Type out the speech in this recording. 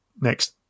next